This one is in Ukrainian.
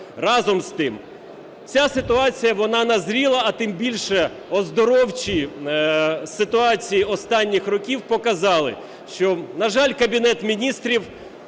Разом з тим, ця ситуація вона назріла, а тим більше оздоровчі ситуації останніх років показали, що, на жаль, Кабінет Міністрів,